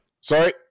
Sorry